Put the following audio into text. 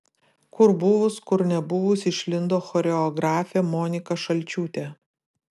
kur buvus kur nebuvus išlindo choreografė monika šalčiūtė